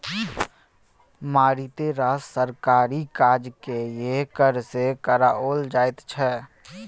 मारिते रास सरकारी काजकेँ यैह कर सँ कराओल जाइत छै